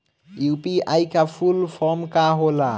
UPI का full form का होला?